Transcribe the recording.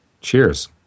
Cheers